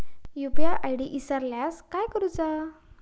UPI ID इसरल्यास काय करुचा?